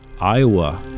Iowa